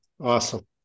Awesome